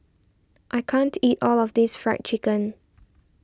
I can't eat all of this Fried Chicken